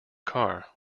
car